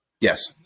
Yes